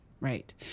Right